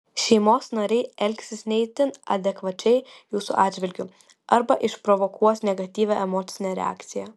šeimos nariai elgsis ne itin adekvačiai jūsų atžvilgiu arba išprovokuos negatyvią emocinę reakciją